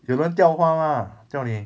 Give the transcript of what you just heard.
有人吊花 mah 吊你